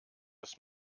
das